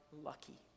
lucky